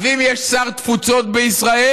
אז אם יש שר תפוצות בישראל,